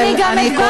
אין לך